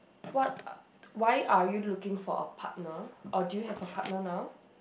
what uh why are you are looking for a partner or do you have a partner now